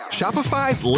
Shopify's